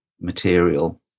material